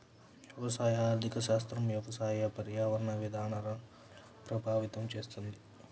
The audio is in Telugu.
వ్యవసాయ ఆర్థిక శాస్త్రం వ్యవసాయ, పర్యావరణ విధానాలను ప్రభావితం చేస్తుంది